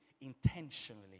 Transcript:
intentionally